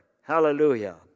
Hallelujah